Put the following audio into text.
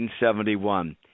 1971